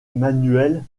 manuels